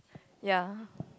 ya